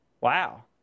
wow